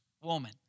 woman